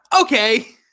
Okay